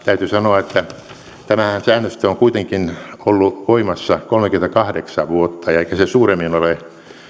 täytyy sanoa että tämä säännöstö on kuitenkin ollut voimassa kolmekymmentäkahdeksan vuotta eikä se käsitykseni mukaan suuremmin ole